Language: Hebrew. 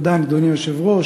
אדוני היושב-ראש,